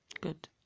good